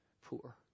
poor